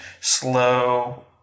slow